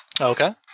Okay